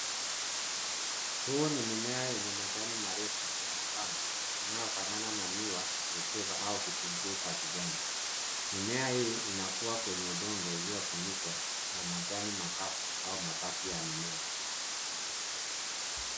Huu ni mimea yenye majani marefu na mapamba inayofanana na miwa au vitunguu vya kijani. Mimea hii inakua kwenye udongo uliofunikwa na majani makavu au mabaki ya mimea.